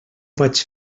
vaig